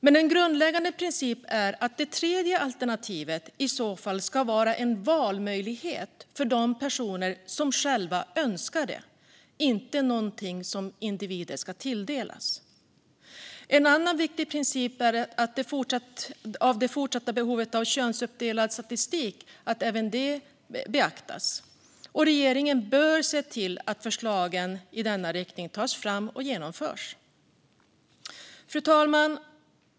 Men en grundläggande princip är att det tredje alternativet i så fall ska vara en valmöjlighet för de personer som själva önskar det och inte någonting som individer ska tilldelas. En annan viktig princip är att det fortsatta behovet av könsuppdelad statistik beaktas. Regeringen bör se till att förslag i denna riktning tas fram och genomförs. Fru talman!